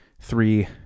three